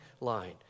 line